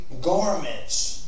garments